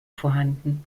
vorhanden